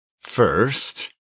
first